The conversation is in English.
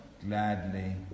gladly